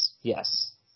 Yes